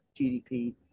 GDP